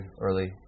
early